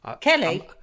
Kelly